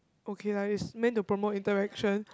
okay lah is meant to promote interaction